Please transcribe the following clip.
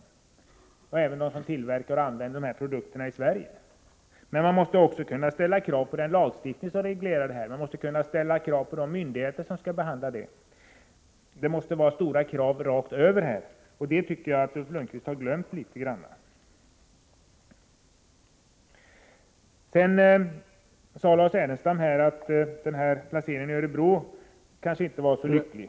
Det gäller även de företag i Sverige som tillverkar och använder dessa produkter. Men man måste också kunna ställa krav på den lagstiftning som reglerar detta område. Man måste också kunna ställa krav på de myndigheter som skall hantera dessa frågor. Det måste alltså ställas höga krav rakt över. Det tycker jag att det verkar som om Ulf Lönnqvist har glömt.